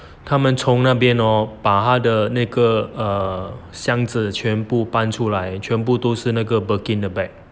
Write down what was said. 他们从那边哦把他的那个 err 箱子全部搬出来全部都是那个 birkin 的 bag